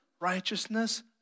righteousness